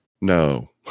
No